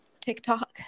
TikTok